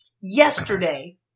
yesterday